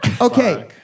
Okay